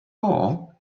choir